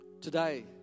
Today